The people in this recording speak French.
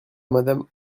madame